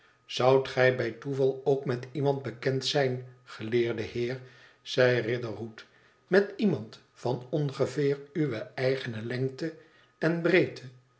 zoudt gij bij toeval ook met iemand bekend zijn geleerde heer zei riderhood met iemand van ongeveer uwe eigene lengte en breedte